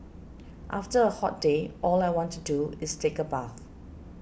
after a hot day all I want to do is take a bath